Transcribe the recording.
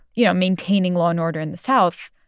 you know, maintaining law and order in the south.